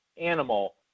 animal